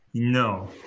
No